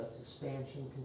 expansion